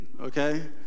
okay